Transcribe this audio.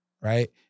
Right